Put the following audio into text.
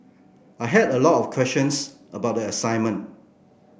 I had a lot of questions about their assignment